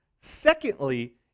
Secondly